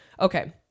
Okay